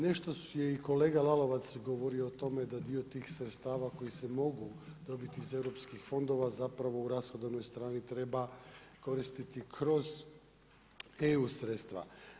Nešto je i kolega Lalovac govorio o tome da dio tih sredstava koji se mogu dobiti iz Europskih fondova zapravo u rashodovnoj strani treba koristiti kroz EU sredstva.